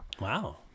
wow